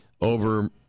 over